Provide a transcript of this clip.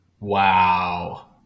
Wow